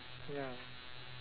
ya